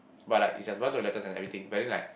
but like it's as much of letters and everything but then like